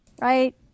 right